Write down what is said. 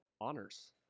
Honors